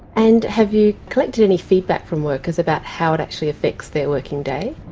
and have you collected any feedback from workers about how it actually affects their working day?